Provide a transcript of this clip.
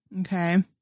Okay